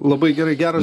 labai gerai geras